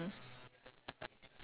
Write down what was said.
oh my gosh